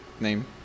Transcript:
name